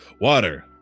water